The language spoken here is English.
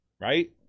Right